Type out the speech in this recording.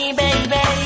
baby